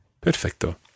Perfecto